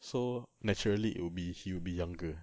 so naturally it will be he will be younger